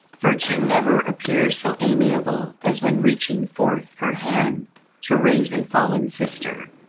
virtue never appears so amiable as when reaching forth her hand to raise a fallen sister.